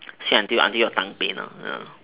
sweet until until your tongue pain ah